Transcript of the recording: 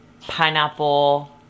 pineapple